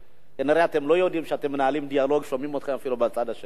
כנראה אתם לא יודעים שאתם מנהלים דיאלוג ושומעים אתכם אפילו בצד השני.